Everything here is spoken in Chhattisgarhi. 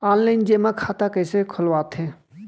ऑनलाइन जेमा खाता कइसे खोलवाथे?